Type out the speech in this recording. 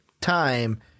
time